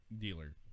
dealer